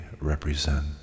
represent